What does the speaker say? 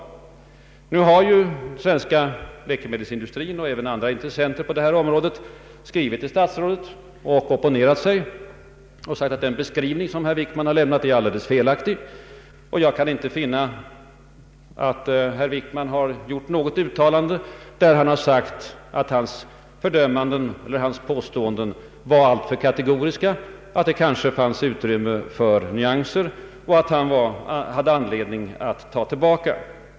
Nu har ju den svenska läkemedelsin dustrin och även andra intressenter på det här området skrivit till statsrådet och opponerat sig och talat om att den beskrivning som herr Wickman har lämnat är alldeles felaktig. Jag har inte kunnat finna att herr Wickman i anledning därav medgivit att hans fördömanden och beskyllningar varit alltför kategoriska, att det fanns utrymme för nyanser eller att han hade anledning att ta tillbaka.